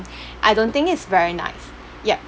I don't think it's very nice yup